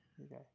Okay